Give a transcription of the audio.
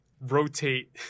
rotate